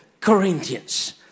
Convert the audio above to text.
Corinthians